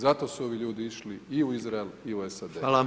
Zato su ovi ljudi išli i u Izrael i u SAD.